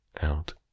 out